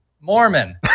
Mormon